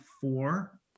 four